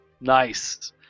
Nice